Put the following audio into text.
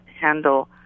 handle